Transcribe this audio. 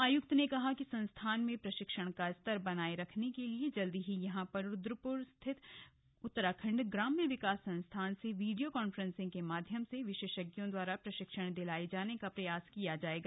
आयुक्त ने कहा कि संस्थान में प्रशिक्षण का स्तर बनाये रखने के लिए जल्दी ही यहां पर रूद्रपुर स्थित उत्तराखंड ग्राम्य विकास संस्थान से वीडियो कॉन्फ्रेंसिंग के माध्यम से विशेषज्ञों द्वारा प्रशिक्षण दिलाये जाने का प्रयास किया जायेगा